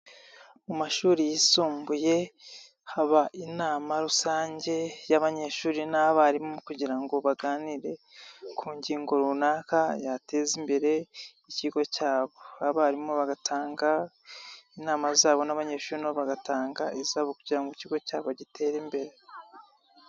Mu mashuri yisumbuye haba inama rusange y'abanyeshuri n'abarimu kugira ngo baganire ku ngingo runaka yateza imbere ikigo cyabo. Abarimu bagatanga inama zabo n'abanyeshuri nabo bagatanga izabo kugira ngo ikigo cyabo gitere imbere.